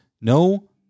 No